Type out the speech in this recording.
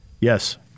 Yes